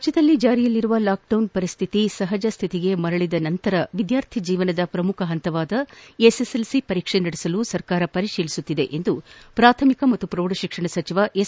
ರಾಜ್ಯದಲ್ಲಿ ಜಾರಿಯಲ್ಲಿರುವ ಲಾಕ್ಡೌನ್ ಪರಿಶ್ಠಿತಿ ಸಪಜತೆಗೆ ಮರಳಿದ ಬಳಿಕ ವಿದ್ಯಾರ್ಥಿ ಜೀವನದ ಬಹುಮುಖ್ಯ ಪಂತವಾದ ಎಸ್ಎಸ್ಎಲ್ಸಿ ಪರೀಕ್ಷೆ ನಡೆಸಲು ಸರ್ಕಾರ ಪರಿಶೀಲನೆ ನಡೆಸುತ್ತಿದೆ ಎಂದು ಪ್ರಾಥಮಿಕ ಮತ್ತು ಪ್ರೌಢ ಶಿಕ್ಷಣ ಸಚಿವ ಎಸ್